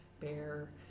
bear